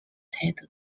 title